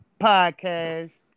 podcast